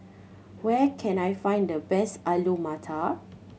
where can I find the best Alu Matar